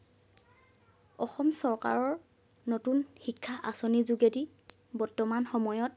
অসম চৰকাৰৰ নতুন শিক্ষা আঁচনিৰ যোগেদি বৰ্তমান সময়ত